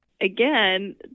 Again